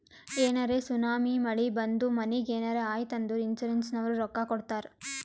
ಏನರೇ ಸುನಾಮಿ, ಮಳಿ ಬಂದು ಮನಿಗ್ ಏನರೇ ಆಯ್ತ್ ಅಂದುರ್ ಇನ್ಸೂರೆನ್ಸನವ್ರು ರೊಕ್ಕಾ ಕೊಡ್ತಾರ್